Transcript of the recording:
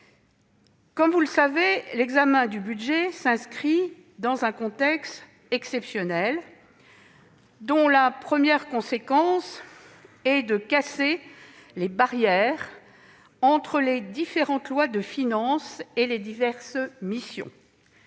Comme vous le savez, l'examen de ce budget s'inscrit dans un contexte exceptionnel, dont la première conséquence est de « casser les barrières » entre les différentes lois de finances et les diverses missions.